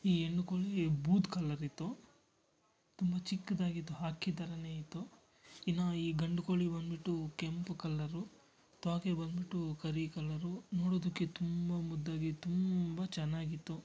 ಈ ಹೆಣ್ಣು ಕೋಳಿ ಬೂದು ಕಲ್ಲರಿತ್ತು ತುಂಬ ಚಿಕ್ಕದಾಗಿತ್ತು ಹಕ್ಕಿ ಥರನೇ ಇತ್ತು ಇನ್ನು ಈ ಗಂಡು ಕೋಳಿ ಬನ್ಬಿಟ್ಟು ಕೆಂಪು ಕಲ್ಲರು ತ್ವಾಕೆ ಬನ್ಬಿಟ್ಟು ಕರೀ ಕಲ್ಲರು ನೋಡೋದಕ್ಕೆ ತುಂಬ ಮುದ್ದಾಗಿ ತುಂಬ ಚೆನ್ನಾಗಿತ್ತು